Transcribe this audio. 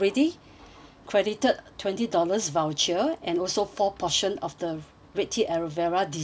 credited twenty dollars voucher and also four portion of the red tea aloe vera dessert